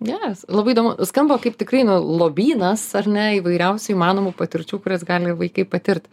geras labai įdomu skamba kaip tikrai nu lobynas ar ne įvairiausių įmanomų patirčių kurias gali vaikai patirt